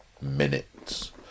minutes